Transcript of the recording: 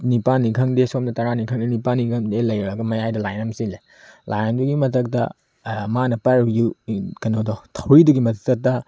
ꯅꯤꯄꯥꯜꯅꯤ ꯈꯪꯗꯦ ꯁꯣꯝꯗ ꯇꯔꯥꯅꯤ ꯈꯪꯗꯦ ꯅꯤꯄꯥꯜꯅꯤ ꯈꯪꯗꯦ ꯂꯩꯔꯒ ꯃꯌꯥꯏꯗ ꯂꯥꯏꯟ ꯑꯃ ꯆꯤꯡꯉꯦ ꯂꯥꯏꯟꯗꯨꯒꯤ ꯃꯊꯛꯇ ꯃꯥꯅ ꯄꯥꯏꯔꯤꯕ ꯀꯩꯅꯣꯗꯣ ꯊꯧꯔꯤꯗꯨꯒꯤ ꯃꯊꯛꯇ